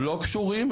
לא קשורים.